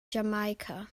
jamaika